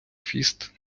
фіст